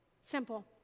Simple